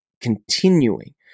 continuing